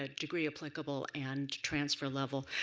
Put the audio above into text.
ah degree applicable and transfer level.